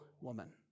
woman